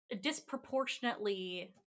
disproportionately